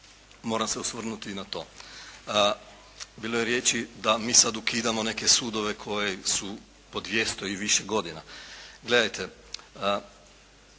moram se osvrnuti i na to. Bilo je riječi da mi sada ukidamo sudove koji su po 200 i više godina.